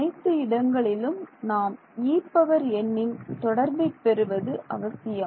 அனைத்து இடங்களிலும் நாம் En இன் தொடர்பை பெறுவது அவசியம்